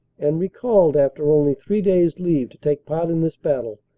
and recalled after only three days leave to take part in this battle,